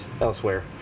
elsewhere